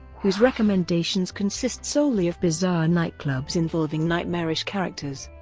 whose recommendations consist solely of bizarre nightclubs involving nightmarish characters.